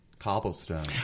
cobblestone